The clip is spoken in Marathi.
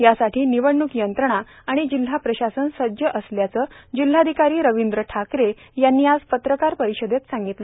यासाठी निवडणूक यंत्रणा व जिल्हा प्रशासन सज्ज असल्याचे जिल्हाधिकारी रवींद्र ठाकरे यांनी पत्रकार परिषदेत आज सांगितले